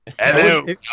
Hello